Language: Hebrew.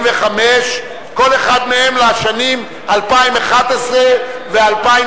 45 כל אחד מהם בשנים 2011 ו-2012.